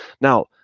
now